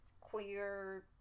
queer